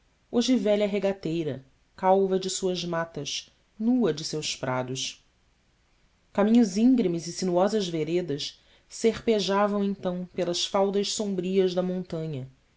hoje velha regateira calva de suas matas nua de seus prados caminhos íngremes e sinuosas veredas serpejavam então pelas faldas sombrias da montanha